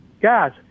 Guys